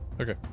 Okay